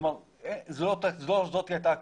זאת לא הייתה הכוונה,